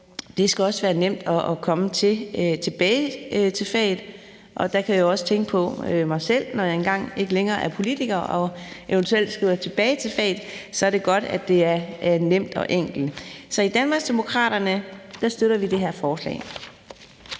Det skal også være nemt at komme tilbage til faget, og der kan jeg jo også tænke på mig selv, når jeg engang ikke længere er politiker og eventuelt skal tilbage til faget. Så er det godt, at det er nemt og enkelt. Så i Danmarksdemokraterne støtter vi det her forslag.